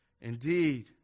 Indeed